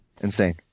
Insane